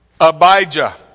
Abijah